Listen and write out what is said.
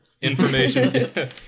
Information